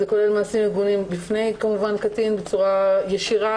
זה כולל מעשים מגונים בפני קטין בצורה ישירה.